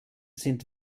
sind